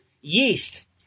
Yeast